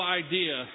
idea